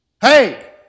hey